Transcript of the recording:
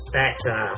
better